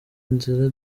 inzira